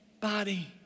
body